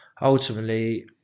ultimately